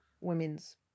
women's